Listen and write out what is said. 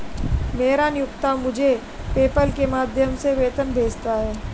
मेरा नियोक्ता मुझे पेपैल के माध्यम से वेतन भेजता है